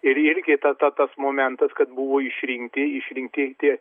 ir irgi ta ta tas momentas kad buvo išrinkti išrinkti tie